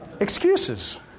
Excuses